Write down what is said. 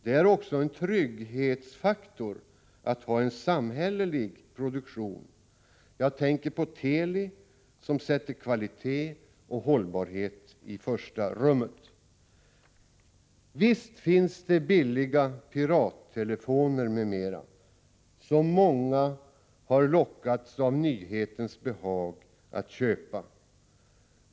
Det är också en trygghetsfaktor att ha en samhällelig produktion — jag tänker på Teli, som sätter kvalitet och hållbarhet i första rummet. Visst finns det billiga ”pirattelefoner” m.m. som många på grund av nyhetens behag har lockats att köpa.